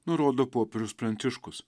nurodo popiežius pranciškus